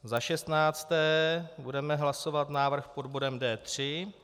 Za šestnácté budeme hlasovat návrh pod bodem D3.